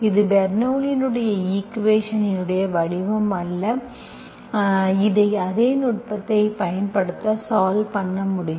இது பெர்னோள்ளியின் ஈக்குவேஷன் ன் வடிவம் அல்ல இதை அதே நுட்பத்தைப் பயன்படுத்த சால்வ் பண்ண முடியும்